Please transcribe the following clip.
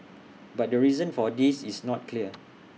but the reason for this is not clear